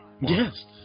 Yes